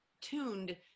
tuned